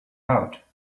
out